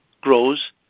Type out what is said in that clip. grows